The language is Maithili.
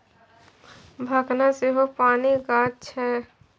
भखना सेहो पानिक गाछ छै